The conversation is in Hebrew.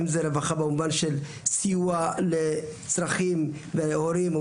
האם זה רווחה במובן של סיוע לצרכים הורים או